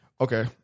Okay